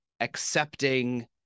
accepting